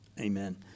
Amen